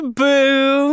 boo